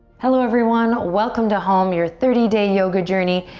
hello, everyone. welcome to home, your thirty day yoga journey.